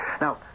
Now